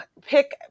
Pick